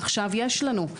עכשיו יש לנו.